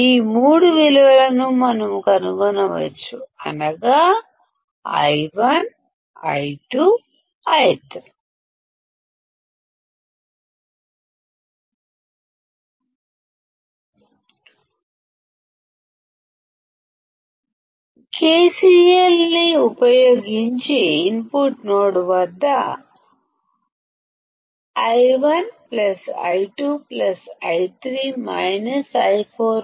ఈ మూడు విలువలను మనం కనుగొనవచ్చు అనగా i1 i2 i3